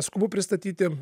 skubu pristatyti